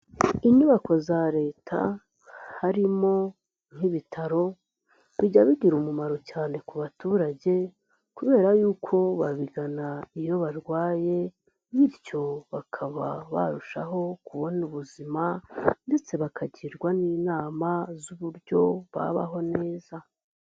Inyubako za Leta harimo nk'ibitaro, bijya bigira umumaro cyane ku baturage kubera y'uko babigana iyo barwaye bityo bakaba barushaho kubona ubuzima ndetse bakagirwa n'inama z'uburyo babaho neza.